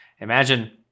imagine